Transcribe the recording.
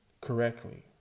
correctly